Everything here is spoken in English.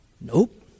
Nope